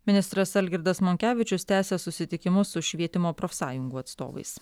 ministras algirdas monkevičius tęsia susitikimus su švietimo profsąjungų atstovais